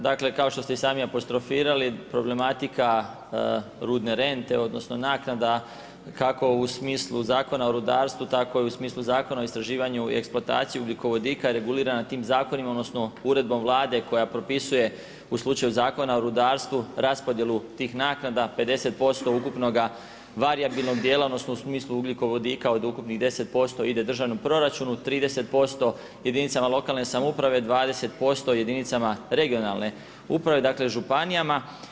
Dakle, kao što ste i sami apostrofirali, problematika rudne rente, odnosno, naknada kako u smislu Zakona o rudarstvu, tako i u smislu Zakona o istraživanju i eksplantaciju ugljikovodika regulirana tim zakonom, odnosno, uredbom Vlade koja propisuje o slučaju Zakona o rudarstvu raspodjelu tih naknada, 50% ukupnog varijabilnog dijela, odnosno, u smislu ugljikovodika od ukupnih 10% ide državnom proračunu, 30% jedinicama lokalne samouprave, 20% jedinicama regionalne uprave, dakle, županijama.